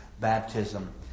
baptism